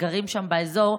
שגרים שם באזור,